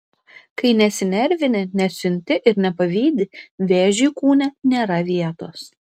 kai nesinervini nesiunti ir nepavydi vėžiui kūne nėra vietos